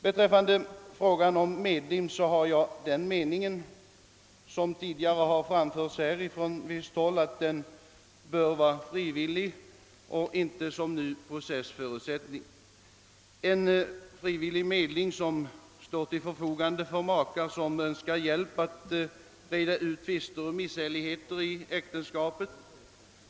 Beträffande medling har jag den uppfattningen — som också framförts tidigare i dag från visst håll — att den bör vara frivillig och inte, såsom nu är fallet, en processförutsättning. Medlingen bör alltså vara frivillig och stå till förfogande för makar som önskar hjälp att reda ut tvister och misshälligheter i äktenskapet.